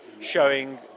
showing